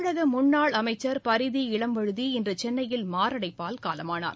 தமிழக முன்னாள் அமைச்சர் பரிதி இளம்வழுதி இன்று சென்னையில் மாரடைப்பால் காலமானார்